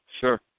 Sure